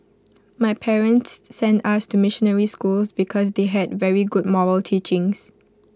my parents sent us to missionary schools because they had very good moral teachings